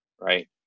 right